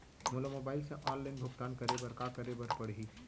मोला मोबाइल से ऑनलाइन भुगतान करे बर का करे बर पड़ही?